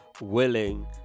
willing